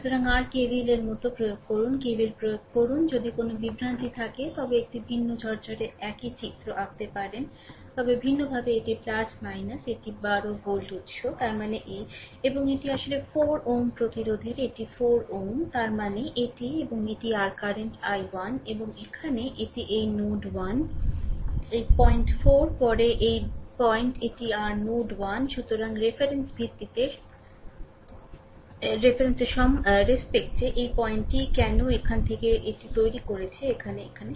সুতরাং r KVL এর মতো প্রয়োগ করুন KVL প্রয়োগ করুন যদি কোনও বিভ্রান্তি থাকে তবে একটি ভিন্ন ঝরঝরে একই চিত্র আঁকতে পারে তবে ভিন্নভাবে এটি এটি 12 ভোল্ট উত্স তার মানে এই এবং এটি আসলে 4 Ω প্রতিরোধের এটি 4 Ω তার মানে এটি এবং এটি r কারেন্ট i1 এবং এখানে এটি এই নোড 1 এই বিন্দু 4 পরে এই বিন্দু এটি r নোড 1 সুতরাং রেফারেন্স ভিত্তিতে সম্মানের সাথে এই পয়েন্টটি কেন এখান থেকে এটি তৈরি করেছে এখানে এখানে